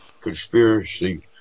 conspiracy